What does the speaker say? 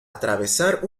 atravesar